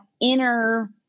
inner